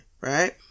right